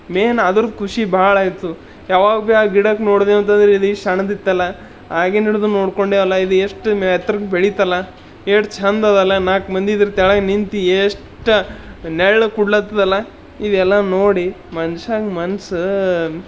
main ಅದ್ರು ಖುಷಿ ಭಾಳ ಇತ್ತು ಯಾವಾಗ ಬಿ ಗಿಡಕ್ಕೆ ನೋಡ್ದೇವಂತಂದ್ರೆ ಈ ಶನದ್ ಇತ್ತಲ್ಲ ಆಗಿದ್ ಹಿಡ್ದು ನೋಡ್ಕೊಂಡೆವಲ್ಲ ಇದು ಎಷ್ಟು ಮೈ ಎತ್ತ್ರಕ್ಕೆ ಬೆಳೀತಲ್ಲ ಎಷ್ಟ್ ಚೆಂದದಲ್ಲ ನಾಲ್ಕು ಮಂದಿ ಇದ್ರ ತಳಗೆ ನಿಂತು ಎಷ್ಟು ನೆರ್ಳು ಕೊಡ್ಲತ್ತದಲ್ಲ ಇದು ಎಲ್ಲ ನೋಡಿ ಮನುಷ್ಯಂಗೆ ಮನಸ್ಸು